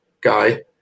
guy